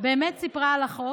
באמת סיפרה על החוק.